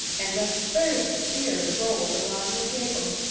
and a third sphere rolled along the table.